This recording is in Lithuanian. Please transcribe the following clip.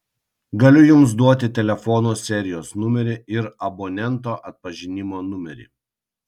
galiu jums duoti telefono serijos numerį ir abonento atpažinimo numerį